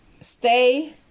stay